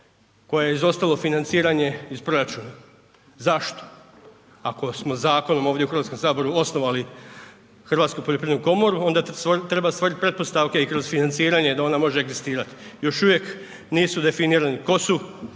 kojoj je izostalo financiranje iz proračuna. Zašto, ako smo zakonom ovdje u HS osnovali Hrvatsku poljoprivrednu komoru onda treba stvorit pretpostavke i kroz financiranje da ona može egzistirat, još uvijek nisu definirani tko su